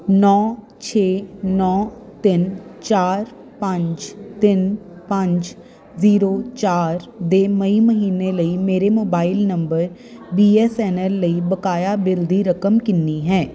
ਨੌਂ ਛੇ ਨੌਂ ਤਿੰਨ ਚਾਰ ਪੰਜ ਤਿੰਨ ਪੰਜ ਜੀਰੋ ਚਾਰ ਦੇ ਮਈ ਮਹੀਨੇ ਲਈ ਮੇਰੇ mobile number B S N L ਲਈ ਬਕਾਇਆ ਬਿੱਲ ਦੀ ਰਕਮ ਕਿੰਨੀ ਹੈ